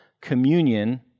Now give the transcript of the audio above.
communion